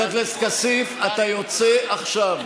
מה הוא צריך בכלל להיות פה בתוך האולם?